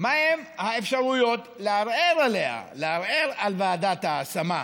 מהן האפשרויות לערער עליה, לערער על ועדת ההשמה.